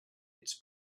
its